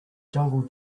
jungle